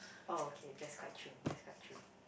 oh okay that's quite true that's quite true